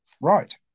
Right